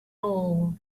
all